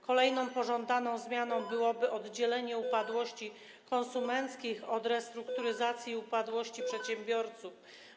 Kolejną pożądaną zmianą byłoby oddzielenie upadłości konsumenckich od restrukturyzacji i upadłości przedsiębiorców.